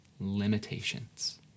limitations